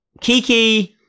Kiki